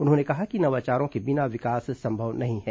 उन्होंने कहा कि नवाचारों के बिना विकास संभव नहीं है